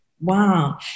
Wow